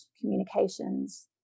communications